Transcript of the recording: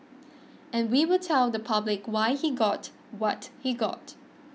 and we will tell the public why he got what he got